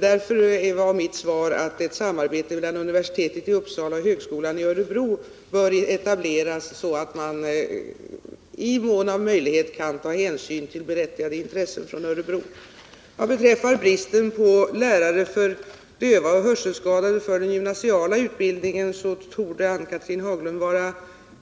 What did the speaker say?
Därför var mitt svar att ett samarbete mellan universitetet i Uppsala och högskolan i Örebro bör etableras, så att man i mån av möjlighet tar hänsyn till berättigade intressen från Örebro. Vad beträffar bristen på lärare för döva och hörselskadade för den gymnasiala utbildningen torde Ann-Cathrine Haglund vara